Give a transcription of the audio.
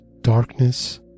darkness